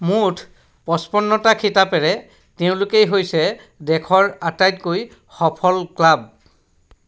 মুঠ পঁচপন্নটা খিতাপেৰে তেওঁলোকেই হৈছে দেশৰ আটাইতকৈ সফল ক্লাব